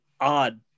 odd